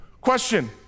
question